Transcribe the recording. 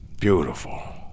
Beautiful